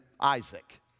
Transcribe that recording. Isaac